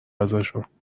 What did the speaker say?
ازشون